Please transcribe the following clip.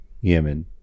Yemen